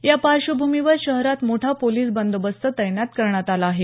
या पार्श्वभूमीवर शहरात मोठा पोलीस बंदोबस्त तैनात करण्यात आला आहे